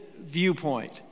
viewpoint